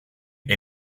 era